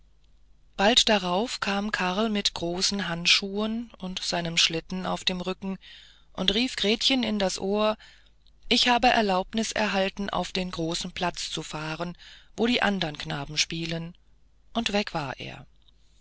bald darauf kam karl mit großen handschuhen und seinem schlitten auf dem rücken und rief gretchen in die ohren ich habe erlaubnis erhalten auf den großen platz zu fahren wo die andern knaben spielen und weg war er